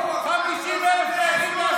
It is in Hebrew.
50,000 חיילים.